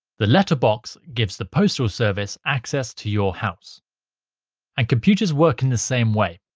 the letterbox gives the postal service access to your house and computers work in the same way.